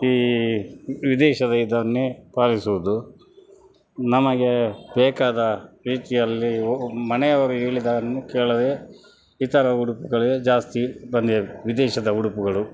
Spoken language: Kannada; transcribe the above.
ಈ ವಿದೇಶದ ಇದನ್ನೆ ಪಾಲಿಸುವುದು ನಮಗೆ ಬೇಕಾದ ರೀತಿಯಲ್ಲಿ ಮನೆಯವರು ಹೇಳಿದ್ದನ್ನು ಕೇಳದೆ ಇತರ ಉಡುಪುಗಳೇ ಜಾಸ್ತಿ ಬಂದು ವಿದೇಶದ ಉಡುಪುಗಳು